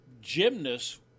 gymnasts